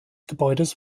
gebäudes